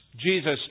Jesus